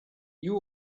you